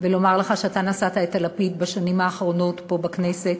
ולומר לך שאתה נשאת את הלפיד בשנים האחרונות פה בכנסת,